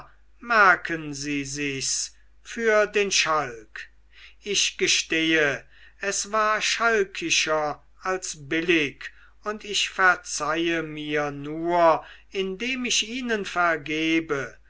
merken sie sich's für den schalk ich gestehe es war schalkischer als billig und ich verzeihe mir nur indem ich ihnen vergebe